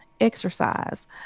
exercise